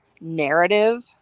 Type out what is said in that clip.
narrative